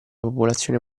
popolazione